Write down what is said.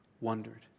wondered